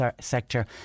sector